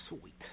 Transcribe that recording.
sweet